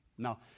Now